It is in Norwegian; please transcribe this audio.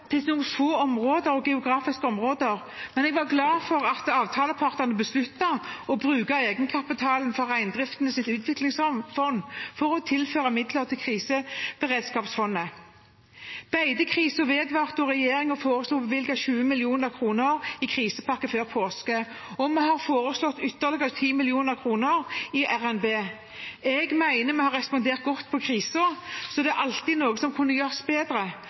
til noen få geografiske områder. Jeg er glad for at avtalepartene besluttet å bruke av egenkapitalen til Reindriftens utviklingsfond for å tilføre midler til kriseberedskapsfondet. Beitekrisen vedvarte, og regjeringen foreslo å bevilge 20 mill. kr i krisepakke før påske, og vi har foreslått ytterligere 10 mill. kr i RNB. Jeg mener vi har respondert godt på krisen. Så er det alltid noe som kan gjøres bedre,